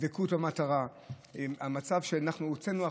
דבקות במטרה.